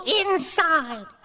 inside